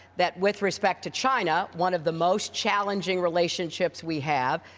that with respect to china, one of the most challenging relationships we have,